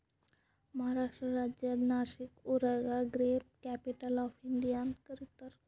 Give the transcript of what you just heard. ಮಹಾರಾಷ್ಟ್ರ ರಾಜ್ಯದ್ ನಾಶಿಕ್ ಊರಿಗ grape capital of India ಅಂತ್ ಕರಿತಾರ್